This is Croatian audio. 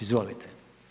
Izvolite.